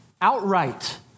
outright